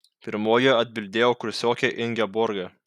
pirmoji atbildėjo kursiokė ingeborga